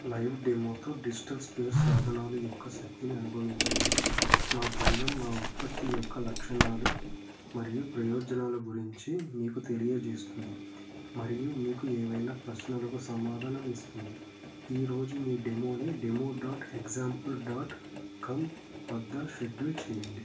live డెమోతో digital sphere సాధనాలు యొక్క శక్తిని అనుభవించండి మా బృందం మా ఉత్పత్తి యొక్క లక్షణాలు మరియు ప్రయోజనాల గురించి మీకు తెలియజేస్తుంది మరియు మీకు ఏవైనా ప్రశ్నలకు సమాధానం ఇస్తుంది ఈ రోజు మీ డెమోని demo dot example dot com వద్ద షెడ్యూల్ చెయ్యండి